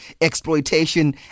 exploitation